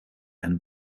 and